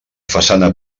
façana